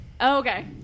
okay